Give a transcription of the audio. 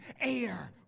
air